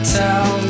tell